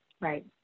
Right